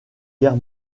guerre